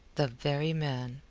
the very man,